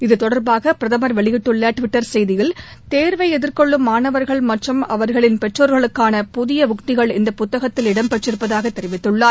இக்கொடர்பாக பிரதமர் வெளியிட்டுள்ள டுவிட்டர் செய்தியில் தேர்வை எதிர்கொள்ளும் மாணவர்கள் மற்றும் அவர்களின் பெற்றோர்களுக்கான புதிய உத்திகள் அந்த புத்தகத்தில் இடம் பெற்றிருப்பதாக தெரிவித்துள்ளார்